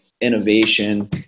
innovation